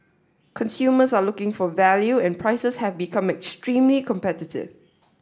consumers are looking for value and prices have become extremely competitive